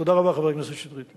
תודה רבה, חבר הכנסת שטרית.